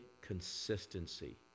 consistency